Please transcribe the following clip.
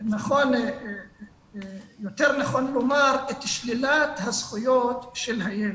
יותר נכון לומר את שלילת הזכויות של הילד.